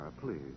please